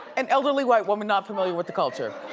an elderly white woman not familiar with the culture.